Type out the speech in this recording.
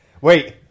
Wait